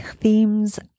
themes